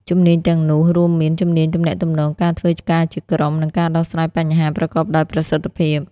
ជំនាញទាំងនោះរួមមាន ជំនាញទំនាក់ទំនង ការធ្វើការជាក្រុម និងការដោះស្រាយបញ្ហា ប្រកបដោយប្រសិទ្ធភាព។